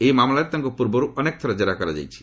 ଏହି ମାମଲାରେ ତାଙ୍କୁ ପୂର୍ବରୁ ଅନେକ ଥର କେରା କରାଯାଇଛି